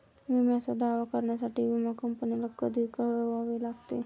विम्याचा दावा करण्यासाठी विमा कंपनीला कधी कळवावे लागते?